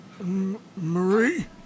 Marie